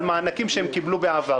על מענקים שהם קיבלו בעבר.